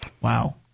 Wow